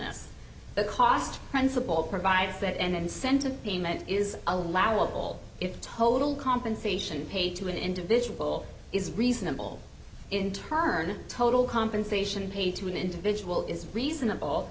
ness the cost principle provides that an incentive payment is allowable if the total compensation paid to an individual is reasonable in turn total compensation paid to an individual is reasonable